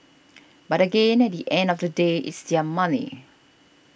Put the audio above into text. but again at the end of the day it's their money